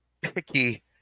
picky